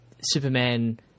Superman